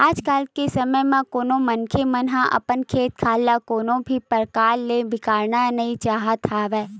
आज के समे म कोनो मनखे मन ह अपन खेत खार ल कोनो भी परकार ले बिगाड़ना नइ चाहत हवय